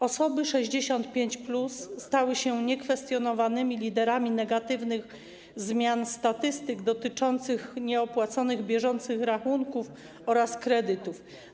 Osoby 65+ stały się niekwestionowanymi liderami negatywnych zmian statystyk dotyczących nieopłaconych bieżących rachunków oraz kredytów.